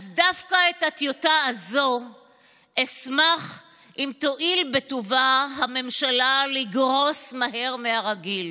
אז דווקא את הטיוטה הזו אשמח אם תואיל בטובה הממשלה לגרוס מהר מהרגיל,